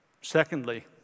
Secondly